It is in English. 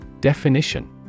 Definition